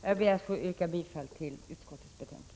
Jag ber att få yrka bifall till utskottets hemställan.